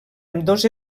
ambdós